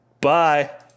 Bye